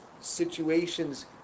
situations